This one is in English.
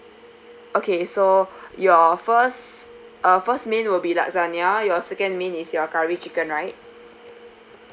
okay so your first uh first main will be lasagna your second main is your curry chicken right